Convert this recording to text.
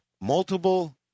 multiple